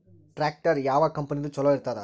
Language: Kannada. ಟ್ಟ್ರ್ಯಾಕ್ಟರ್ ಯಾವ ಕಂಪನಿದು ಚಲೋ ಇರತದ?